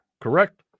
correct